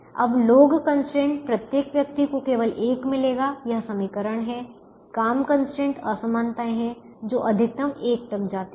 अब लोग कंस्ट्रेंट प्रत्येक व्यक्ति को केवल एक मिलेगा यह समीकरण हैं काम कंस्ट्रेंट असमानताएं हैं जो अधिकतम एक तक जाती हैं